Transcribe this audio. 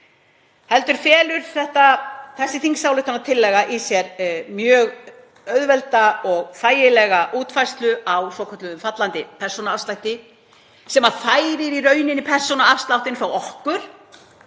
heldur felur þessi þingsályktunartillaga í sér mjög auðvelda og þægilega útfærslu á svokölluðum fallandi persónuafslætti sem færir í rauninni persónuafsláttinn frá okkur